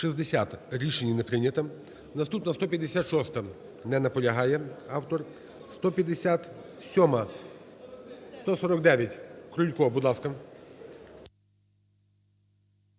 Рішення не прийнято. Наступна 156-а. Не наполягає автор. 157-а. 149. Крулько, будь ласка.